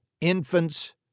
infants